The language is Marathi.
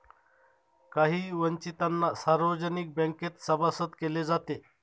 काही वंचितांना सार्वजनिक बँकेत सभासद केले जाते